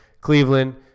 Cleveland